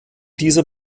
dieser